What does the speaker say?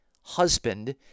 husband